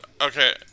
Okay